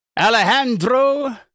Alejandro